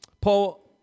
Paul